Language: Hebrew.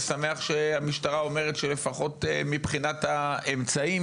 שמח שהמשטרה אומרת שלפחות מבחינת האמצעים